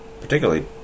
particularly